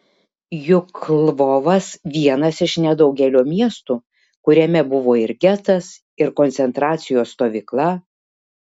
juk lvovas vienas iš nedaugelio miestų kuriame buvo ir getas ir koncentracijos stovykla